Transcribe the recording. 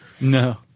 No